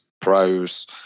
pros